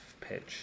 pitch